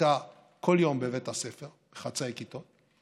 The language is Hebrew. הייתה כל יום בבית הספר בחצאי כיתות,